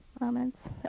moments